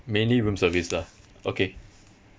mainly room service lah okay